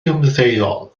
ymddeol